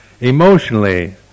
emotionally